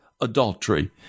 adultery